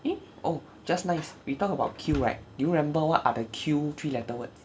eh oh just nice we talked about Q right do you remember what are the Q three letter words